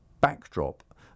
backdrop